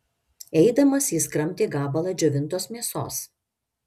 eidamas jis kramtė gabalą džiovintos mėsos